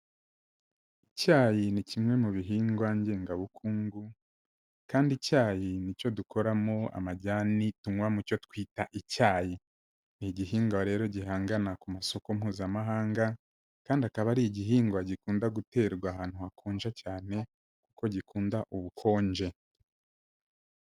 Icyayi ni kimwe mu bihingwa ngengabukungu, kandi icyayi ni cyo dukoramo amajyani tunywa mu cyo twita icyayi, ni igihingwa rero gihagana ku masoko mpuzamahanga, kandi akaba ari igihingwa gikunda guterwa ahantu hakonja cyane kuko gikunda ubukonje.